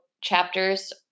chapters